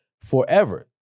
forever